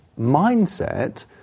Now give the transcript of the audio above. mindset